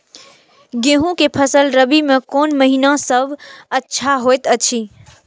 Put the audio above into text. गेहूँ के फसल रबि मे कोन महिना सब अच्छा होयत अछि?